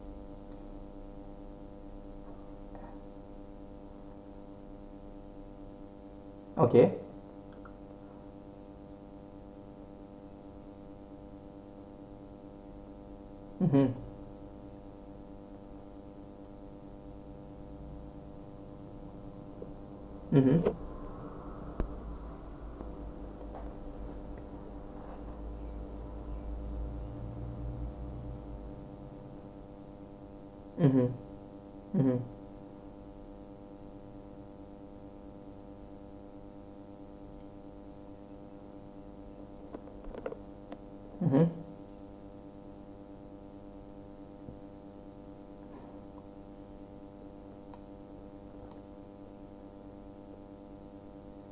okay mmhmm